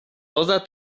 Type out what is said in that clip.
poza